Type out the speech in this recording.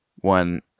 one